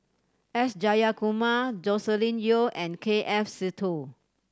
S Jayakumar Joscelin Yeo and K F Seetoh